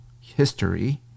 history